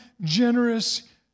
generous